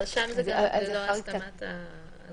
אבל שם זה ללא הסכמת העצור.